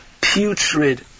putrid